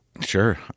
Sure